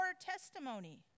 testimony